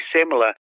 similar